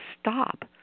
stop